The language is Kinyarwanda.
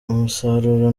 umusaruro